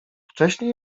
wcześnie